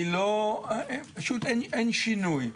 פשוט אין שינוי.